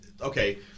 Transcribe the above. okay